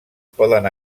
poden